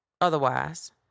otherwise